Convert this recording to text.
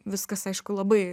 viskas aišku labai